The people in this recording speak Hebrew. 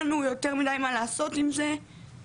גם לאחר ערעור לפרקליטות,